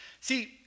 See